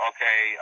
Okay